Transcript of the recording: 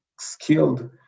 skilled